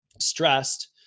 stressed